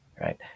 Right